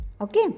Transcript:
Okay